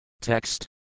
Text